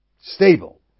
Stable